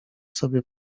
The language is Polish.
sobie